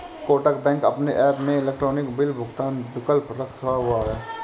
Kotak bank अपने app में electronic bill भुगतान का विकल्प रखा हुआ है